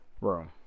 room